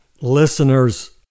Listeners